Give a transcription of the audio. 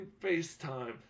FaceTime